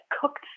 cooked